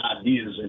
ideas